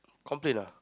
complain